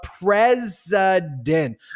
president